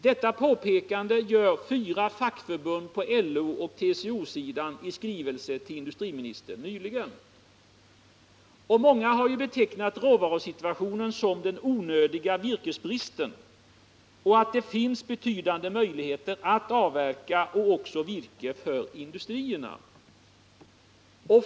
Detta påpekande gjorde fyra fackförbund på LO och TCO-sidan i en skrivelse till industriministern nyligen. Många har betecknat råvarusituationen som ”den onödiga virkesbristen” och sagt att det finns betydande möjligheter att avverka och få virke för industrierna.